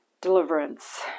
deliverance